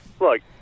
Look